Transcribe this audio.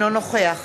אינו נוכח